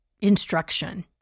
instruction